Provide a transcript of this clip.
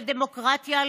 לדמוקרטיה,